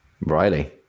Riley